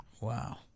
wow